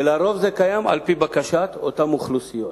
ולרוב זה קיים על-פי בקשת אותן אוכלוסיות.